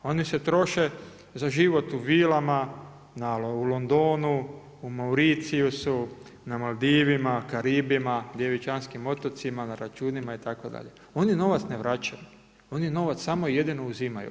Oni se troše za život u vilama, u Londonu, u Mauricijusu, na Maldivima, Karibima, Djevičanskim otocima, na računima itd., oni novac ne vraćaju, oni novac samo i jedino uzimaju.